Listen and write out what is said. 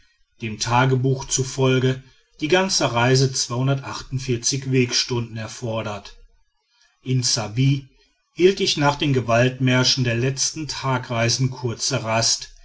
dem tagebuch zufolge die ganze reise wegstunden erfordert in ssabbi hielt ich nach den gewaltmärschen der letzten tagereisen kurze rast